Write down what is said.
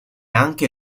anche